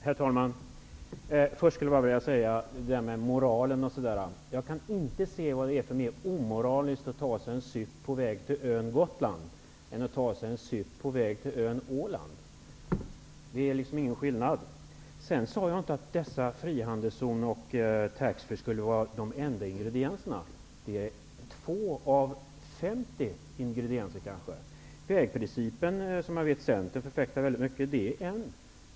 Herr talman! Först till detta med moral. Jag kan inte se att det är mer omoraliskt att ta sig en sup på väg till ön Gotland än att ta sig en sup på väg till ön Åland. Det är ingen skillnad. Jag sade inte att frihandelszoner och taxfree skulle vara de enda ingredienserna. Det är två av kanske femtio ingredienser. Vägprincipen, som jag vet att Centern förfäktar väldigt mycket, är en annan.